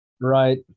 Right